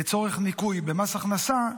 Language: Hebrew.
לצורך ניכוי במס הכנסה,